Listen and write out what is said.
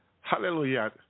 hallelujah